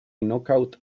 knockout